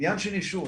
עניין של יישוב,